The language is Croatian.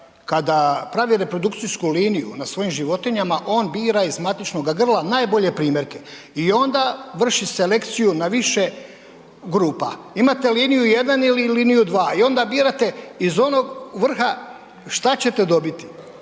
kada pravi reprodukcijsku liniju na svojim životinjama on bira iz matičnoga grla najbolje primjerke i onda vrši selekciju na više grupa. Imate liniju 1 ili liniju 2 i onda birate iz onog vrha šta ćete dobiti.